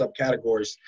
subcategories